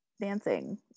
dancing